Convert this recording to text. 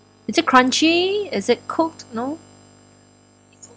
is it crunchy is it cooked no